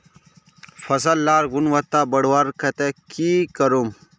फसल लार गुणवत्ता बढ़वार केते की करूम?